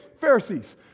Pharisees